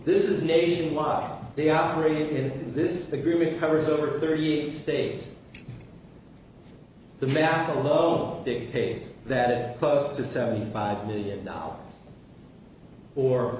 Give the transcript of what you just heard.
this is nationwide they operate in this agreement covers over thirty eight states the map alone dictate that it is close to seventy five million dollars or